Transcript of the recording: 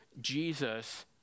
Jesus